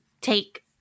take